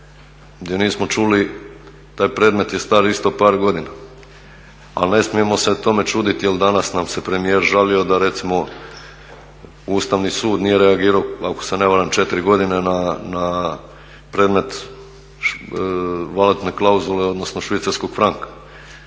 gdje nismo čuli, taj predmet je star isto par godina. Ali ne smijemo se tome čuditi jer danas nam se premijer žalio da recimo Ustavni sud nije reagirao ako se ne varam četiri godine na predmet valutne klauzule, odnosno švicarskog franka.